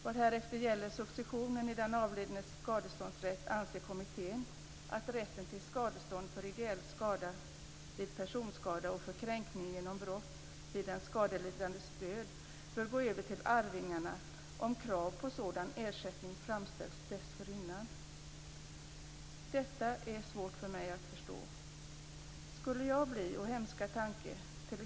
Vad härefter gäller successionen i den avlidnes skadeståndsrätt anser kommittén att rätten till skadestånd för ideell skada vid personskada och för kränkning genom brott vid den skadelidandes död bör gå över till arvingarna om krav på sådan ersättning framställs dessförinnan. Detta är svårt för mig att förstå. Skulle jag t.ex. - o, hemska tanke!